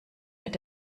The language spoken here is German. mit